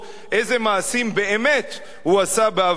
איזה מעשים באמת הוא עשה בעברו,